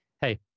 hey